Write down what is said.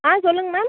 ஆ சொல்லுங்கள் மேம்